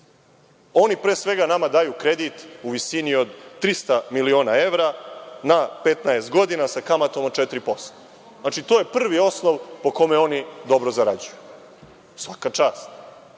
pre svega, nama daju kredit u visini od 300 miliona evra na 15 godina sa kamatom od 4%. Znači, to je prvi osnov po kome oni dobro zarađuju. Svaka čast.